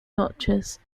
notches